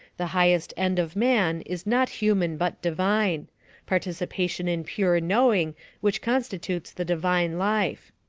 the highest end of man is not human but divine participation in pure knowing which constitutes the divine life.